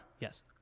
Yes